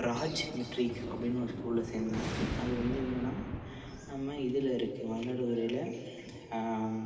Raj matric அப்படின்னு ஒரு ஸ்கூலில் சேர்ந்தேன் அது வந்து எங்கேனா நம்ம இதில் இருக்குது மயிலாடுதுறையில்